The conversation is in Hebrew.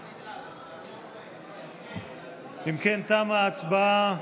אם כן, תמה ההצבעה.